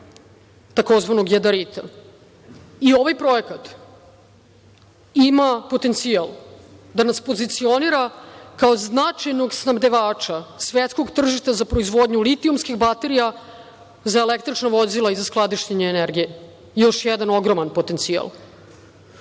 tzv. jedarita.I ovaj projekat ima potencijal da nas pozicionira kao značajnog snabdevača svetskog tržišta za proizvodnju litijumskih baterija za električna vozila i za skladištenje energije. Još jedan ogroman potencijal. Naš